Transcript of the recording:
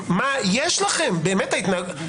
על מקומו של בית המשפט בחיים הציבוריים ועל